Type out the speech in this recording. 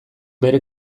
bere